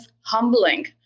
humbling